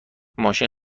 ماشین